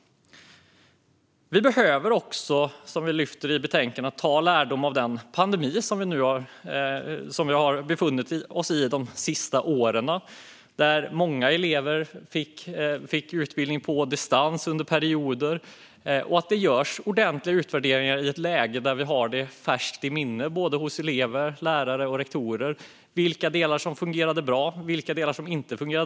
Vi behöver också, som vi säger i betänkandet, dra lärdom av den pandemi som vi har befunnit oss i de senaste åren, där många elever fick utbildning på distans i perioder. Det behöver göras ordentliga utvärderingar i ett läge där vi har detta i färskt minne hos både elever, lärare och rektorer: Vilka delar fungerade bra, och vilka delar fungerade inte bra?